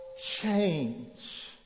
change